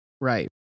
Right